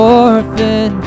orphan